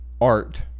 art